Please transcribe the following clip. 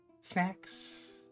Snacks